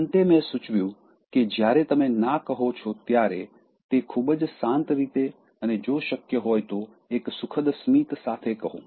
અંતે મેં સૂચવ્યું કે જ્યારે તમે "ના" કહો છો ત્યારે તે ખૂબ જ શાંત રીતે અને જો શક્ય હોય તો એક સુખદ સ્મિત સાથે કહો